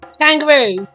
kangaroo